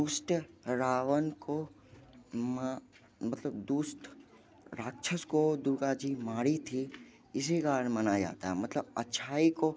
दुष्ट रावण को मतलब दुष्ट राक्षस को दुर्गा जी मारी थी इसी कारण मनाया था मतलब अच्छाई को